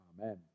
Amen